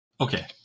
okay